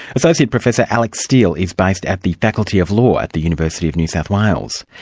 associate professor alex steel is based at the faculty of law at the university of new south wales.